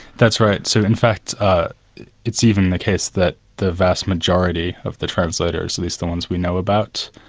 that's right. so in fact it's even the case that the vast majority of the translators, at least the ones we know about,